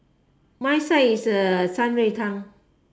my side is uh 三味汤